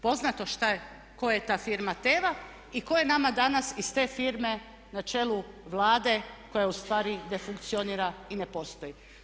Poznato tko je ta firma Teva i tko je nama danas iz te firme na čelu Vlade koja ustvari de funkcionira i ne postoji.